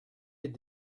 est